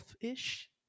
ish